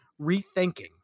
rethinking